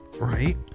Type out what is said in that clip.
Right